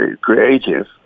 creative